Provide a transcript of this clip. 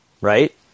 Right